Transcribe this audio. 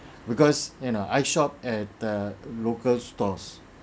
because you know I shop at the local stores